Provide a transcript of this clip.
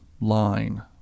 line